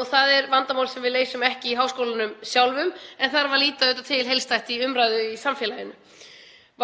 og það er vandamál sem við leysum ekki í háskólunum sjálfum en þarf að líta á heildstætt í umræðu í samfélaginu.